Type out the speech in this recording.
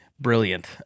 Brilliant